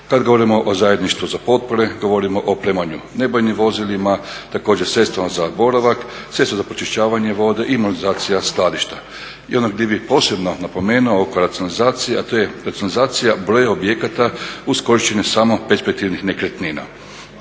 Kad govorimo o zajedništvu za potpore govorimo o opremanju nebojnim vozilima. Također sredstva za boravak, sredstva za pročišćavanje vode i …/Govornik se ne razumije./… skladišta. I ono što bih posebno napomenuo oko racionalizacije, a to je … broj objekata uz korištenje samo perspektivnih nekretnina.